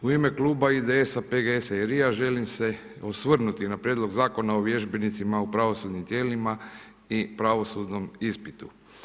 U ime kluba IDS-a, PGS-a i RI-ja želim se osvrnuti na prijedlog Zakona o vježbenicima u pravosudnim tijelima i pravosudnom ispitu.